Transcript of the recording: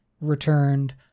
returned